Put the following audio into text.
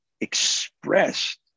expressed